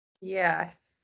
yes